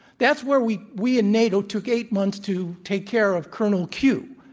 that's where we we and nato took eight months to take care of colonel q,